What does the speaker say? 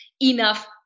enough